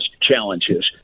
challenges